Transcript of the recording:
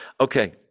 Okay